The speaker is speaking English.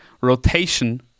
rotation